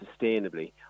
sustainably